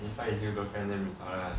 he find his new girlfriend then part lah